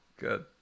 Good